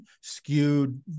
skewed